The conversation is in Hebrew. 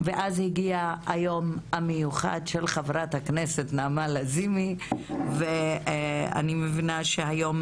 ואז הגיע היום המיוחד של חברת הכנסת נעמה לזימי ואני מבינה שהיום